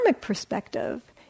perspective